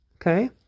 okay